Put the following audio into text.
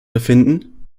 befinden